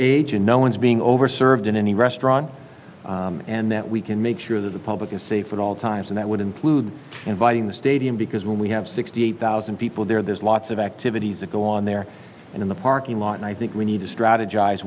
age and no one's being over served in any restaurant and that we can make sure that the public is safe at all times and that would include inviting the stadium because when we have sixty eight thousand people there there's lots of activities that go on there and in the parking lot and i think we need to strategize